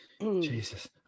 Jesus